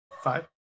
five